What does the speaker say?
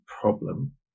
problem